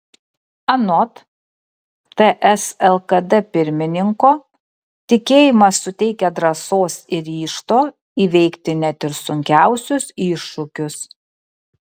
anot ts lkd pirmininko tikėjimas suteikia drąsos ir ryžto įveikti net ir sunkiausius iššūkius